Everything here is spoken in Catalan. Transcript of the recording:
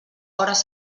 hores